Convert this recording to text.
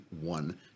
one